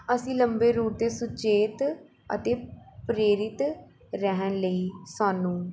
ਅਸੀਂ ਲੰਬੇ ਰੂਟ 'ਤੇ ਸੁਚੇਤ ਅਤੇ ਪ੍ਰੇਰਿਤ ਰਹਿਣ ਲਈ ਸਾਨੂੰ